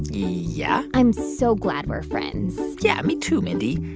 yeah. i'm so glad we're friends yeah, me too, mindy.